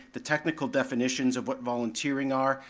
the technical definitions of what volunteering are.